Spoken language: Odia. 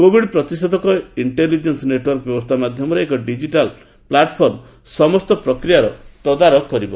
କୋବିଡ ପ୍ରତିଷେଧକ ଇଷ୍ଟେଲିଜେନ୍ସ ନେଟୱର୍କ ବ୍ୟବସ୍ଥା ମାଧ୍ୟମରେ ଏକ ଡିଜିଟାଲ ପ୍ଲାଟଫର୍ମ ସମସ୍ତ ପ୍ରକ୍ରିୟାର ତଦାରଖ କରିବ